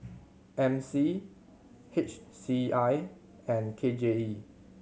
M C H C I and K J E